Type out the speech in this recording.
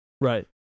Right